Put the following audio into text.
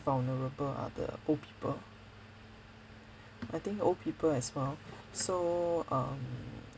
vulnerable are the old people I think old people as well so um